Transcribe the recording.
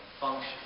function